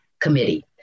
committee